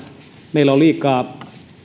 meillä on liikaa